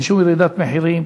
אין שום ירידת מחירים.